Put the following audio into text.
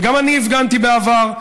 וגם אני הפגנתי בעבר,